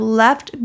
left